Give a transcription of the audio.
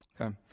Okay